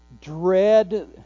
dread